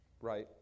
right